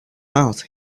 mouth